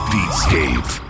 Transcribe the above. Beatscape